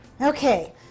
okay